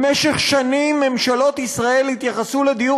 במשך שנים ממשלות ישראל התייחסו לדיור